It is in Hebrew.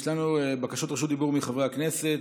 יש לנו בקשות רשות דיבור מחברי הכנסת.